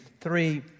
three